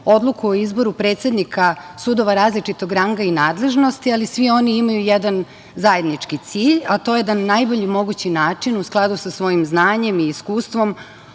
odluku o izboru predsednika sudova različitog ranga i nadležnosti, ali svi oni imaju jedan zajednički cilj, a to je da na najbolji mogući način, u skladu sa svojim znanjem i iskustvom,